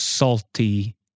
Salty